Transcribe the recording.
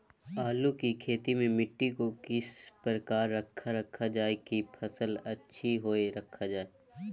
आलू की खेती में मिट्टी को किस प्रकार रखा रखा जाए की फसल अच्छी होई रखा जाए?